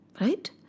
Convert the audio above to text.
Right